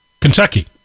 Kentucky